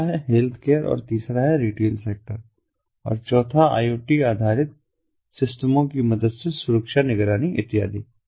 अगला है हेल्थकेयर और तीसरा है रिटेल सेक्टर और चौथा है आई ओ टी आधारित सिस्टमों की मदद से सुरक्षा निगरानी इत्यादि